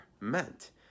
meant